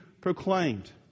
proclaimed